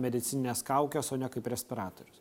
medicinines kaukes o ne kaip respiratorius